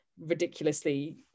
ridiculously